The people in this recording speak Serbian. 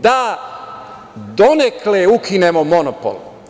Da donekle ukinemo monopol.